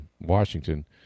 Washington